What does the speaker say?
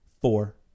four